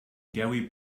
gary